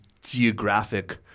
geographic